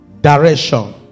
direction